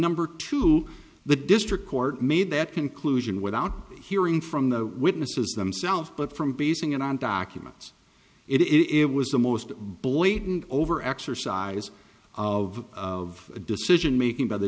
number two the district court made that conclusion without hearing from the witnesses themselves but from basing it on documents it was the most blatant over exercise of of a decision making by the